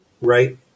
Right